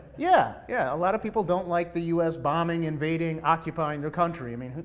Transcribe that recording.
yeah, yeah, a lot of people don't like the us bombing, invading, occupying their country, i mean,